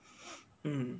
mm